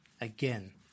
again